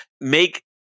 make